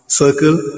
circle